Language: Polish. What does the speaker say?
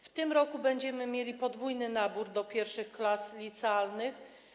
W tym roku będziemy mieli podwójny nabór do pierwszych klas licealnych.